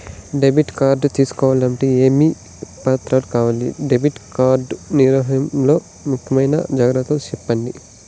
Debit card తీసుకోవాలంటే ఏమేమి పత్రాలు కావాలి? డెబిట్ కార్డు నిర్వహణ లో ముఖ్య జాగ్రత్తలు సెప్పండి?